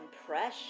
impression